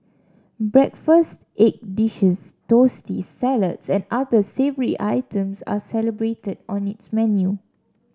breakfast egg dishes toasties salads and other savoury items are celebrated on its menu